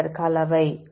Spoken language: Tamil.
மாணவர் கலவை